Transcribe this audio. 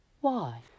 Why